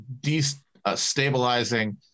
destabilizing